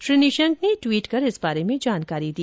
श्री निशंक ने ट्वीट कर इस बारे में जानकारी दी